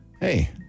hey